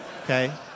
Okay